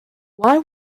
why